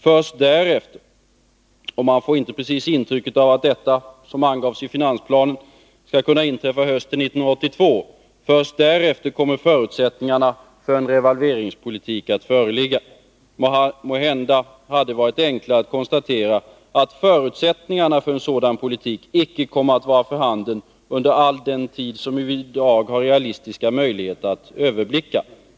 Först därefter — och man får inte intrycket av att detta, så som angavs i finansplanen, skall kunna inträffa hösten 1982 - kommer förutsättningarna för en revalveringspolitik att föreligga. Måhända hade det varit enklare att konstatera att förutsättningarna för en sådan politik icke kommer att vara för handen under den tid vi i dag har realistiska möjligheter att överblicka.